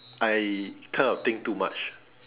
I kind of think too much